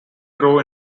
grow